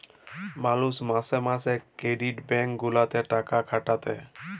মালুষ মাসে মাসে ক্রেডিট ব্যাঙ্ক গুলাতে টাকা খাটাতে